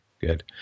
good